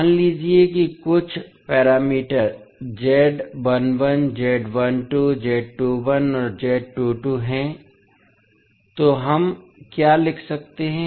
मान लीजिए कि कुछ पैरामीटर हैं तो हम क्या लिख सकते हैं